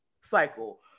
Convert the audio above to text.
cycle